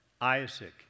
Isaac